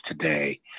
today